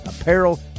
apparel